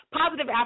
positive